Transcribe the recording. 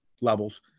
levels